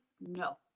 no